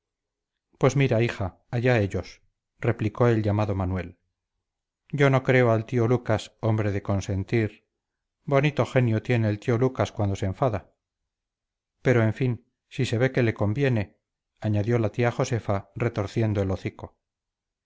pues mira hija allá ellos replicó el llamado manuel yo no creo al tío lucas hombre de consentir bonito genio tiene el tío lucas cuando se enfada pero en fin si ve que le conviene añadió la tía josefa retorciendo el hocico